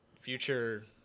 Future